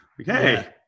okay